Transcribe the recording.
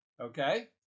okay